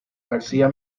garcía